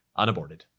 unaborted